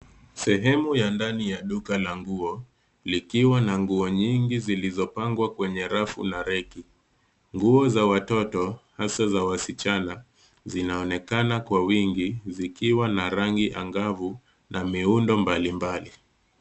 Sehemu ya ndani ya duka la nguo likiwa na nguo nyingi zilizopangwa kwenye rafu na reki. Nguo za watoto, hasa za wasichana, zinaonekana kwa wingi zikiwa na rangi angavu na miundo mbalimbali.